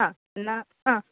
ആ എന്നാൽ ആ